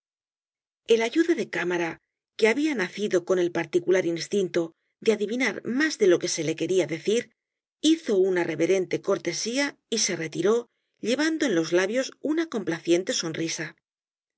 el ayuda de cámara que había nacido con el particular instinto de adivinar más de lo que se le quería decir hizo una reverente cortesía y se retiró llevando en los labios una complaciente sonrisa